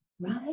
Right